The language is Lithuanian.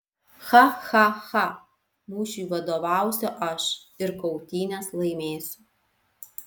cha cha cha mūšiui vadovausiu aš ir kautynes laimėsiu